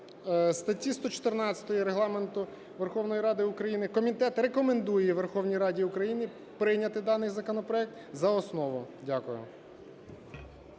статті 114 Регламенту Верховної Ради України комітет рекомендує Верховній Раді України прийняти даний законопроект за основу. Дякую.